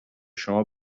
شما